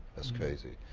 that's crazy.